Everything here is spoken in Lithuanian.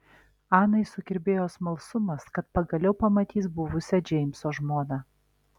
anai sukirbėjo smalsumas kad pagaliau pamatys buvusią džeimso žmoną